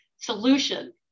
solution